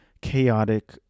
chaotic